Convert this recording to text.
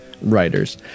writers